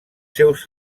seus